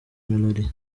melodie